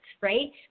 right